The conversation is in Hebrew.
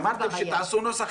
אמרתם שתעשו נוסח,